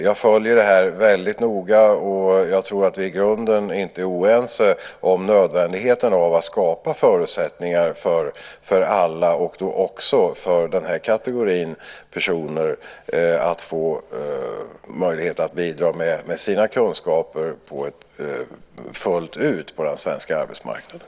Jag följer detta noga, och jag tror att vi i grunden inte är oense om nödvändigheten av att skapa förutsättningar för alla, och då också för den här kategorin personer, att bidra med sina kunskaper fullt ut på den svenska arbetsmarknaden.